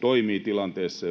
toimii tilanteessa,